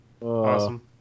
awesome